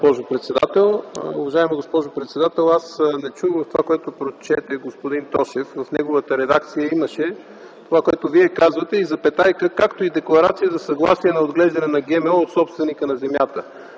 Уважаема госпожо председател, аз не чух в това, което прочете господин Тошев, в неговата редакция имаше това, което Вие казвате, „и, както и декларация за съгласие за отглеждане на ГМО от собственика на земята”.